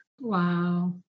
Wow